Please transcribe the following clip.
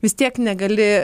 vis tiek negali